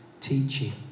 teaching